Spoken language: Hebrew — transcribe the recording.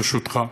ברשותך,